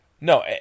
No